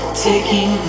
taking